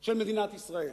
של מדינת ישראל,